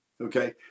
Okay